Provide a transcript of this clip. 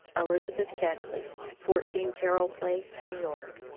elizabeth keckley. fourteen carroll place, new york,